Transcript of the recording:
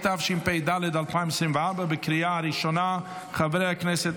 התשפ"ד 2024. חברי הכנסת,